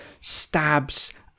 stabs